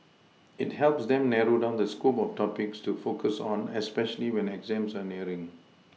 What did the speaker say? it helps them narrow down the scope of topics to focus on especially when exams are nearing